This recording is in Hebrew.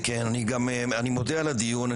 אני מודה על הדיון.